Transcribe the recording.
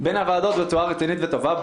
בוועדות בצורה רצינית וטובה.